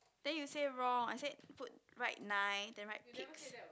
then you say wrong I said put write nine then write pigs